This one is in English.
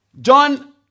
John